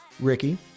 ricky